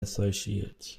associates